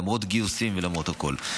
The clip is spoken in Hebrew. למרות גיוסים ולמרות הכול.